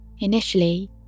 Initially